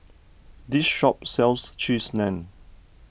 this shop sells Cheese Naan